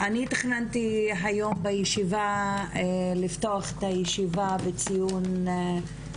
אני תכננתי היום בישיבה לפתוח את הישיבה בציון